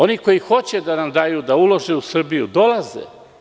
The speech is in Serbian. Oni koji hoće da nam daju, da ulože u Srbiju, dolaze.